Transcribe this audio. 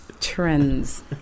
Trends